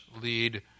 lead